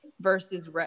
versus